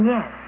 Yes